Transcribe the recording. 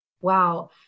Wow